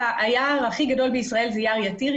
היער הגדול ביותר בישראל הוא יער יתיר.